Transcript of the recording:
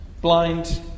Blind